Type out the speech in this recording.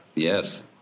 Yes